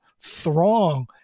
throng